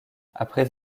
après